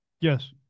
Yes